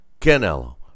Canelo